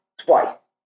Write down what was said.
twice